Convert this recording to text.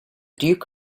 duke